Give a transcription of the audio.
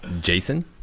Jason